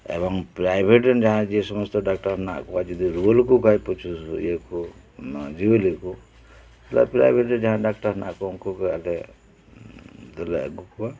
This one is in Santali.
ᱮᱵᱚᱝ ᱯᱨᱟᱭᱵᱷᱮᱴ ᱨᱮᱱ ᱡᱮ ᱥᱚᱢᱚᱥᱛᱚ ᱰᱟᱠᱴᱚᱨ ᱦᱮᱱᱟᱜ ᱠᱚᱣᱟ ᱡᱩᱫᱤ ᱨᱩᱭᱟᱹ ᱞᱮᱠᱚ ᱠᱷᱟᱡ ᱯᱨᱚᱪᱩᱨ ᱤᱭᱟᱹ ᱠᱚ ᱡᱤᱣᱭᱟᱹᱞᱤ ᱠᱚ ᱯᱨᱮᱭᱟᱭ ᱵᱷᱮᱴ ᱨᱮ ᱡᱟᱦᱟᱭ ᱰᱟᱠᱴᱚᱨ ᱦᱮᱱᱟᱜ ᱠᱚᱣᱟ ᱩᱱᱠᱩ ᱜᱮ ᱟᱞᱮ ᱫᱚᱞᱮ ᱟᱹᱜᱩ ᱠᱚᱣᱟ